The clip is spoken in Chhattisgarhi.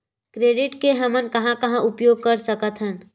क्रेडिट के हमन कहां कहा उपयोग कर सकत हन?